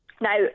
Now